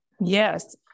Yes